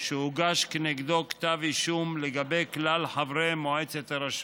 שהוגש כנגדו כתב אישום לגבי כלל חברי מועצת הרשות,